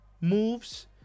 moves